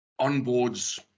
onboards